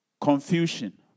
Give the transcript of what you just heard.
Confusion